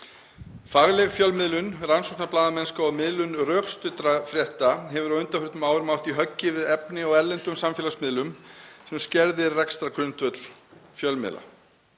Fagleg fjölmiðlun, rannsóknarblaðamennska og miðlun rökstuddra frétta hefur á undanförnum árum átt í höggi við efni á erlendum samfélagsmiðlum sem skerðir rekstrargrundvöll fjölmiðla.